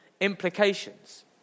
implications